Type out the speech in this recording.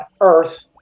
earth